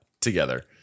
together